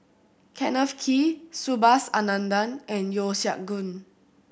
Kenneth Kee Subhas Anandan and Yeo Siak Goon